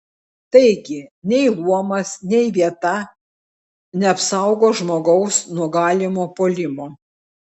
taigi nei luomas nei vieta neapsaugo žmogaus nuo galimo puolimo